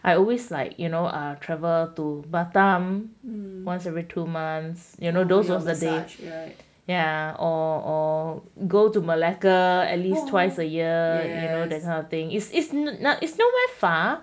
I always like you know ah travel to batam once every two months you know those were the days right ya or go to malacca at least twice a year and all that kind of thing is it's not it's not very far